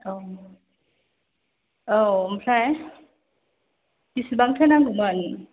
औ औ ओमफ्राय बेसेबांथो नांगौमोन